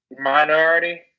minority